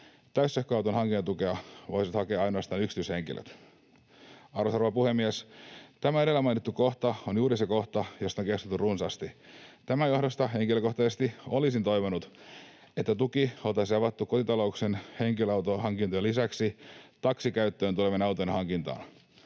Täyssähköauton hankintatukea voisivat hakea ainoastaan yksityishenkilöt. Arvoisa rouva puhemies! Tämä edellä mainittu kohta on juuri se kohta, josta on keskusteltu runsaasti. Tämän johdosta henkilökohtaisesti olisin toivonut, että tuki oltaisiin avattu kotitalouksien henkilöautohankintojen lisäksi taksikäyttöön tulevien autojen hankintaan,